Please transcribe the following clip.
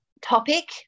topic